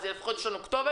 ויש לנו לפחות כתובת,